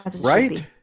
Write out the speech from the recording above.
right